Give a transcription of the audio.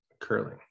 curling